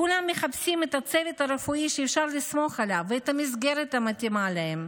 כולם מחפשים את הצוות הרפואי שאפשר לסמוך עליו ואת המסגרת המתאימה להם.